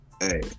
Hey